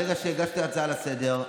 ברגע שהגשתי הצעה לסדר-היום,